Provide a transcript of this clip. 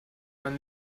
man